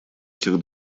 этих